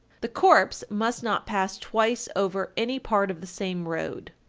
the corpse must not pass twice over any part of the same road.